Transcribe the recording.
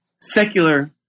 secular